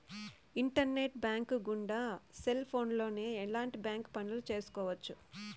internet bank గుండా cell ఫోన్లోనే ఎలాంటి బ్యాంక్ పనులు చేసుకోవచ్చు